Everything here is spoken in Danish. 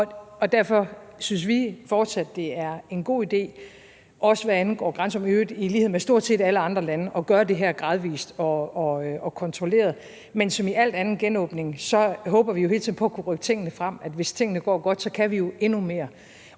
og derfor synes vi fortsat, det er en god idé, også hvad angår grænser – i øvrigt i lighed med stort set alle andre lande – at gøre det her gradvis og kontrolleret. Men som i al anden genåbning håber vi jo hele tiden på at kunne rykke tingene frem, og hvis tingene går godt, så kan vi jo endnu mere.